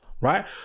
right